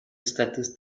estatus